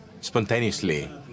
spontaneously